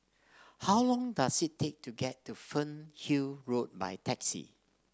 how long does it take to get to Fernhill Road by taxi